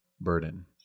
Burden